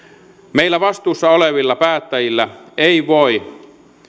meillä vastuussa olevilla päättäjillä ei voi